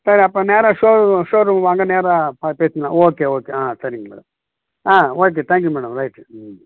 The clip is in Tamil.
சரி அப்போ நேராக ஷோ ஷோரூம்க்கு வாங்க நேராக பார்த்து பேசிக்கலாம் ஓகே ஓகே ஆ சரிங்க மேடம் ஆ okay thank you madam right